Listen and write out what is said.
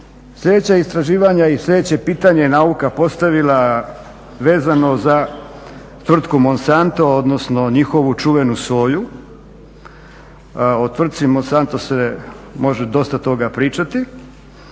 Sljedeća istraživanja i sljedeće pitanje je nauka postavila vezano za tvrtku Monsanto, odnosno njihovu čuvenu soju. O tvrtci Monsanto se može dosta toga pričati,